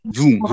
Zoom